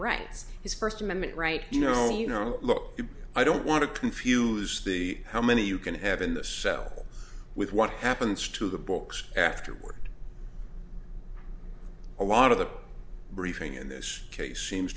rights his first amendment right you know you know look i don't want to confuse the how many you can have in the cell with what happens to the books afterward a lot of the briefing in this case seems